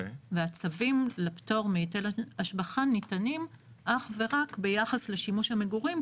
והצווים לפטור מהיטל השבחה ניתנים אך ורק ביחס לשימוש המגורים,